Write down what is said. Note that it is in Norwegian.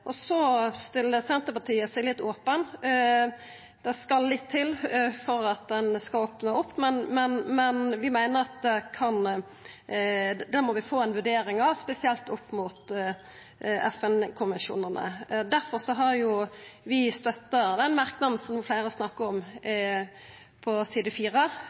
Så stiller Senterpartiet seg litt opne; det skal litt til for at ein skal opna opp, men vi meiner at dette må vi få ei vurdering av, spesielt opp mot FN-konvensjonane. Difor har vi støtta merknaden på side 4, som fleire har snakka om.